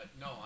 No